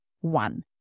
One